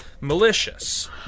malicious